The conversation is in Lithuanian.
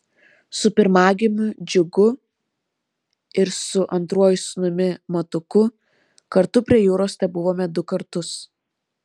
su pirmagimiu džiugu ir su antruoju sūnumi matuku kartu prie jūros tebuvome du kartus